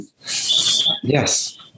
yes